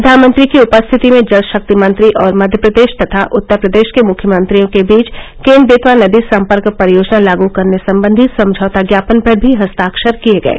प्रधानमंत्री की उपस्थिति में जल शक्ति मंत्री और मध्य प्रदेश तथा उत्तर प्रदेश के मुख्यमंत्रियों के बीच केन बेतवा नदी संपर्क परियोजना लाग करने संबंधी समझौता ज्ञापन पर भी हस्ताक्षर किए गये